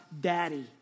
Daddy